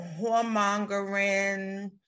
whoremongering